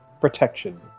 protection